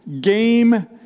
Game